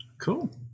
Cool